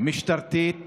משטרתית